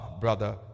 Brother